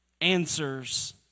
answers